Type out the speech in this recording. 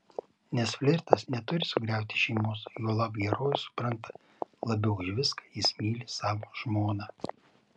nes flirtas neturi sugriauti šeimos juolab herojus supranta labiau už viską jis myli savo žmoną